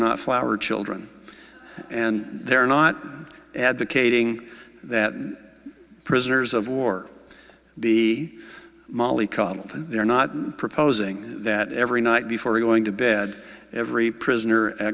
not flower children and they're not advocating that prisoners of war be mollycoddled they're not proposing that every night before going to bed every prisoner